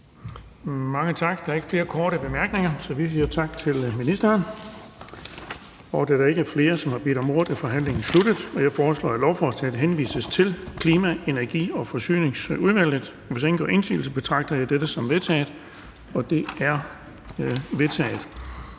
Mange tak. Der er ikke flere korte bemærkninger, så vi siger tak til ministeren. Da der ikke er flere, som har bedt om ordet, er forhandlingen sluttet. Jeg foreslår, at lovforslaget henvises til Klima-, Energi- og Forsyningsudvalget. Hvis ingen gør indsigelse, betragter jeg dette som vedtaget. Det er vedtaget.